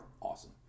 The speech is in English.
awesome